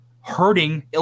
hurting